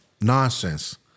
nonsense